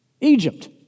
Egypt